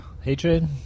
Hatred